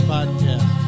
Podcast